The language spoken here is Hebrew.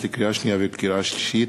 הכנסת, לקריאה שנייה ולקריאה שלישית: